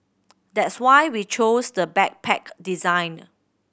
that's why we chose the backpack designed